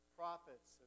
prophets